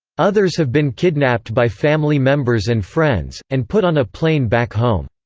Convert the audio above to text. others have been kidnapped by family members and friends, and put on a plane back home.